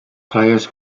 players